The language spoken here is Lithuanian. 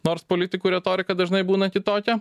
nors politikų retorika dažnai būna kitokia